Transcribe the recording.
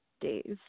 days